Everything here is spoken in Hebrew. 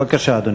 בבקשה, אדוני.